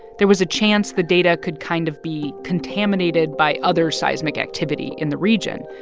there was a chance the data could kind of be contaminated by other seismic activity in the region.